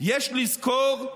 יש לזכור,